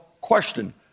question